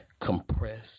compressed